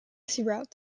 throughout